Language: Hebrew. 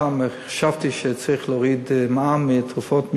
פעם חשבתי שצריך להוריד מע"מ מתרופות,